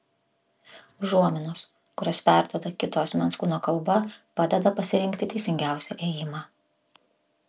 užuominos kurias perduoda kito asmens kūno kalba padeda pasirinkti teisingiausią ėjimą